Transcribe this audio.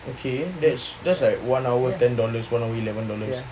okay that's that's like one hour ten dollars one hour eleven dollars